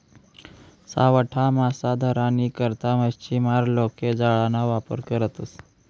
सावठा मासा धरानी करता मच्छीमार लोके जाळाना वापर करतसं